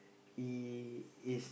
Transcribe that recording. he is